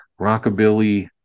rockabilly